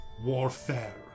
warfare